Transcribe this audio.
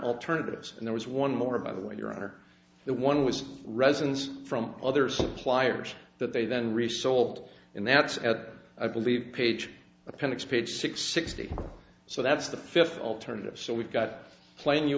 alternatives and there was one more by the way your honor that one was resins from other suppliers that they then resold and that's at i believe page appendix page six sixty so that's the fifth alternative so we've got